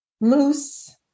moose